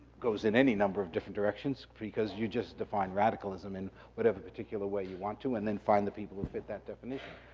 goes in any number of different directions, because you just define radicalism in whatever particular way you want to, and then find the people who fit that definition.